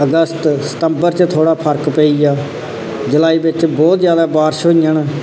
अगस्त सितंबर च थोह्ड़ा फर्क पेई गेया जुलाई बिच्च बहुत ज्यादा बारश होइयां न